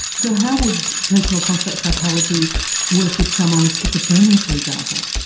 so how would personal construct psychology work with someone with schizophrenia, for example?